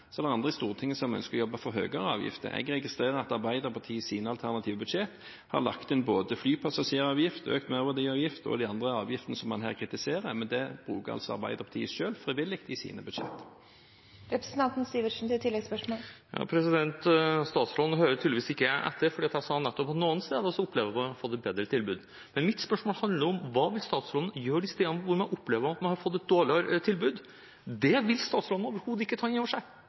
Så er det andre på Stortinget som ønsker å jobbe for høyere avgifter. Jeg registrerer at Arbeiderpartiet i sine alternative budsjetter har lagt inn både flypassasjeravgift, økt merverdiavgift og de andre avgiftene man her kritiserer. Men det bruker altså Arbeiderpartiet selv frivillig i sine budsjetter. Statsråden hører tydeligvis ikke etter, for jeg sa nettopp at på noen steder opplever man å ha fått et bedre tilbud, men mitt spørsmål handler om: Hva vil statsråden gjøre de stedene hvor man opplever at man har fått et dårligere tilbud? Det vil statsråden overhodet ikke ta innover seg.